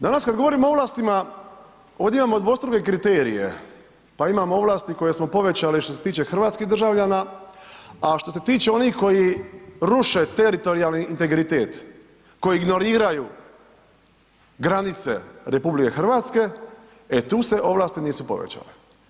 Danas kad govorimo o ovlastima, ovdje imamo dvostruke kriterije, pa imamo ovlasti koje smo povećali što se tiče hrvatskih državljana a što se tiče onih koji ruše teritorijalno integritet, koji ignoriraju granice RH e tu se ovlasti nisu povećale.